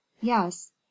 Yes